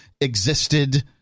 existed